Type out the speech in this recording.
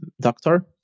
doctor